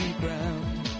ground